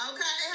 Okay